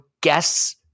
guess